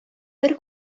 бер